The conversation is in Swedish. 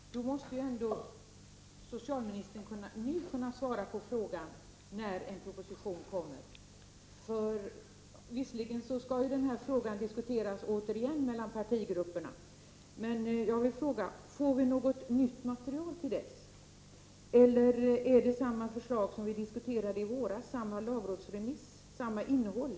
Herr talman! Nog måste ändå socialministern nu kunna svara på frågan, när en proposition kommer. Visserligen skall den här frågan återigen diskuteras mellan partigrupperna. Men får vi något nytt material till dess, eller är det samma förslag som vi diskuterade i våras, samma lagrådsremiss och samma innehåll?